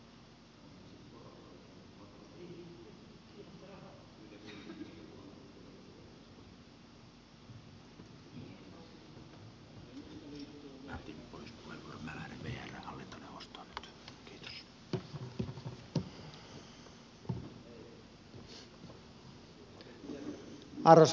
arvoisa puhemies